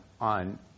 on